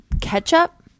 Ketchup